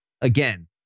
Again